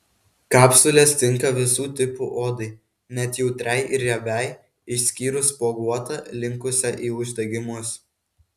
kapsulės tinka visų tipų odai net jautriai ir riebiai išskyrus spuoguotą linkusią į uždegimus